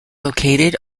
located